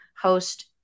host